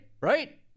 right